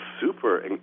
super